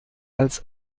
als